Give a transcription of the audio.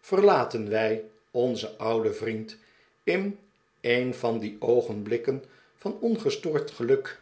verlaten wij onzen ouden vriend in een van die oogenblikken van ongestoord geluk